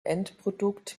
endprodukt